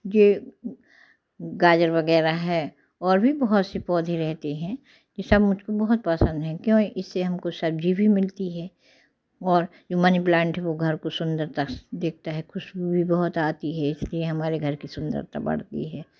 जो गाजर वगैराह है और भी बहुत सी पौधे रहते हैं ये सब मुझको बहुत पसंद है क्यों इससे हमको सब्जी भी मिलती है और जो मनी प्लांट है वो घर को सुंदरता देखता है खुशबू भी बहुत आती है इसलिए हमारे घर की सुंदरता बढ़ती है